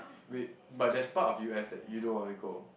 wait but there's part of U_S that you don't wanna go